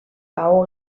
pau